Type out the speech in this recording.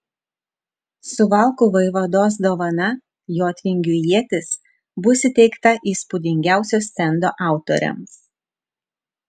suvalkų vaivados dovana jotvingių ietis bus įteikta įspūdingiausio stendo autoriams